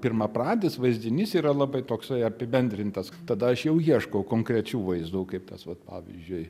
pirmapradis vaizdinys yra labai toksai apibendrintas tada aš jau ieškau konkrečių vaizdų kaip tas vat pavyzdžiui